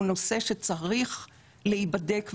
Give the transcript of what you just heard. הוא נושא שצריך להיבדק ולהיבחן,